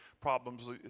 problems